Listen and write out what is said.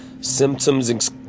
Symptoms